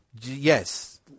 Yes